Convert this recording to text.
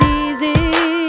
easy